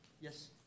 Yes